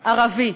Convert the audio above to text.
ערבי.